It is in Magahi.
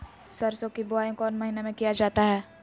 सरसो की बोआई कौन महीने में किया जाता है?